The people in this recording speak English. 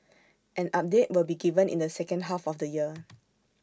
an update will be given in the second half of the year